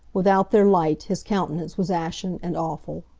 without their light his countenance was ashen, and awful.